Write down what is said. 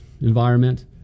environment